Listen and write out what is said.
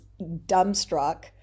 dumbstruck